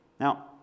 Now